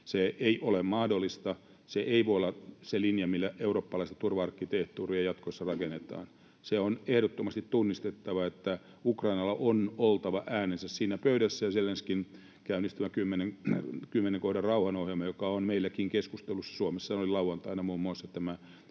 Se ei ole mahdollista. Se ei voi olla se linja, millä eurooppalaista turva-arkkitehtuuria jatkossa rakennetaan. On ehdottomasti tunnistettava, että Ukrainalla on oltava äänensä siinä pöydässä. Zelenskyin käynnistämä kymmenen kohdan rauhanohjelma, joka on meillä Suomessakin keskusteluissa — muun muassa lauantaina oli tämä